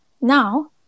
Now